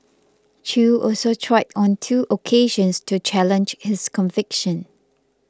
Chew also tried on two occasions to challenge his conviction